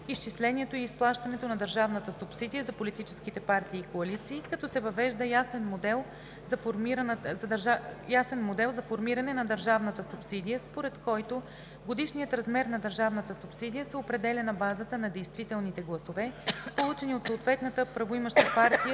изчислението и изплащането на държавната субсидия за политическите партии и коалиции, като се въвежда ясен модел за формиране на държавната субсидия, според който годишният размер на държавната субсидия се определя на базата на действителните гласове, получени от съответната правоимаща партия